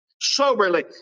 soberly